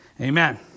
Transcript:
Amen